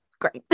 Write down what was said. great